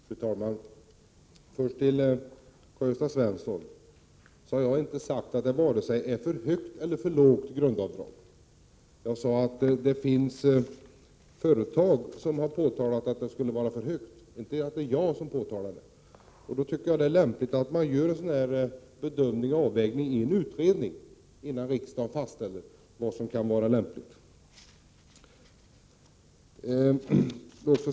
Fru talman! Först vill jag vända mig till Karl-Gösta Svenson. Jag har inte sagt att grundavdraget är vare sig för högt eller för lågt. Jag sade att det finns företag som har påtalat att det skulle vara för högt. Det är således inte jag som har påtalat det. Det är bra att göra en sådan bedömning och avvägning i en utredning, innan riksdagen fastställer vad som kan vara lämpligt.